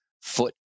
foot